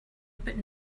but